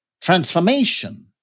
transformation